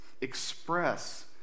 express